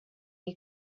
you